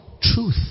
truth